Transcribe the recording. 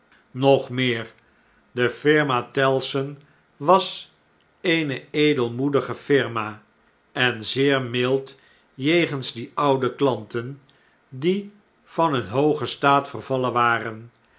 nog meer de firma door de magneet aangetrokken tellson was eene edelmoedige firma en zeer mild jegens die oude klanten die van hun hoogen staat vervallen waren